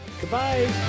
Goodbye